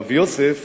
רב יוסף